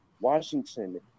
Washington